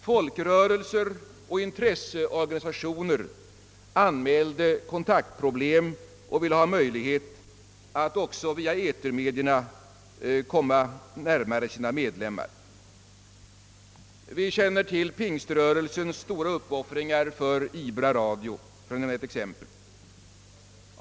Folkrörelser och intresseorganisationer har anmält kontaktproblem och vill ha möjligheter att via etermedierna komma närmare sina medlemmar. Vi känner till pingströrelsens stora uppoffringar för IBRA-radio, för att ta ett exempel.